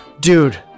dude